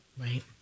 Right